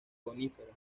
coníferas